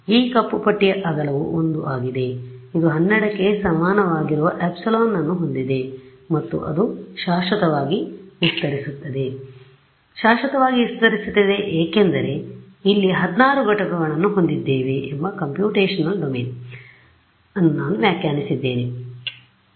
ಆದ್ದರಿಂದ ಈ ಕಪ್ಪು ಪಟ್ಟಿಯ ಅಗಲವು 1 ಆಗಿದೆ ಇದು 12 ಕ್ಕೆ ಸಮನಾಗಿರುವ ಎಪ್ಸಿಲಾನ್ಅನ್ನು ಹೊಂದಿದೆ ಮತ್ತು ಅದು ಶಾಶ್ವತವಾಗಿ ವಿಸ್ತರಿಸುತ್ತದೆ ಅದು ಶಾಶ್ವತವಾಗಿ ವಿಸ್ತರಿಸುತ್ತದೆ ಏಕೆಂದರೆ ನಾವು ಇಲ್ಲಿ 16 ಘಟಕಗಳನ್ನು ಹೊಂದಿದ್ದೇವೆ ಎಂಬ ಕಂಪ್ಯೂಟೇಶನಲ್ ಡೊಮೇನ್ಅನ್ನು ನಾನು ವ್ಯಾಖ್ಯಾನಿಸಿದ್ದೇನೆ ಸರಿ